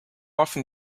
often